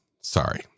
Sorry